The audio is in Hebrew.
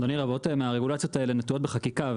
אדוני, חלק מהרגולציות הללו תלויות בחקיקה.